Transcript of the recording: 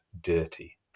dirty